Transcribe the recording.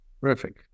Terrific